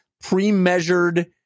pre-measured